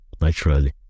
naturally